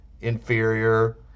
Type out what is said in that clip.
inferior